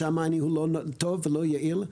שם הניהול לא טוב ולא יעיל,